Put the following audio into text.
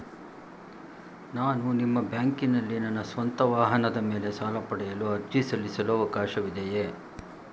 ನಾನು ನಿಮ್ಮ ಬ್ಯಾಂಕಿನಲ್ಲಿ ನನ್ನ ಸ್ವಂತ ವಾಹನದ ಮೇಲೆ ಸಾಲ ಪಡೆಯಲು ಅರ್ಜಿ ಸಲ್ಲಿಸಲು ಅವಕಾಶವಿದೆಯೇ?